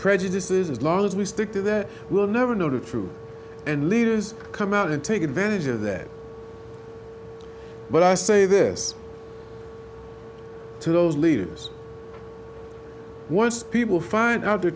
prejudices as long as we stick to that we'll never know the truth and leaders come out and take advantage of that but i say this to those leaders once people find out the